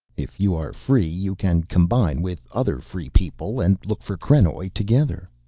if you are free, you can combine with other free people and look for krenoj together.